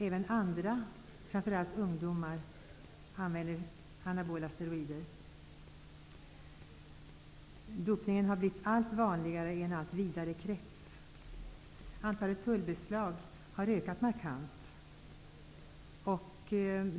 Även andra kategorier, framför allt ungdomar, använder anabola steroider. Dopning har blivit allt vanligare i en allt vidare krets. Antalet tullbeslag har ökat markant.